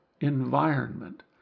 environment